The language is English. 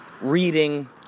reading